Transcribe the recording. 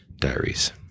diaries